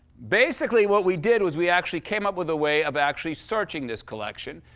basically, what we did was, we actually came up with a way of actually searching this collection,